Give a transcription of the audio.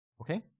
Okay